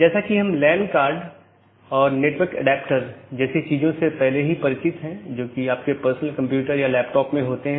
जैसा कि हमने पहले उल्लेख किया है कि विभिन्न प्रकार के BGP पैकेट हैं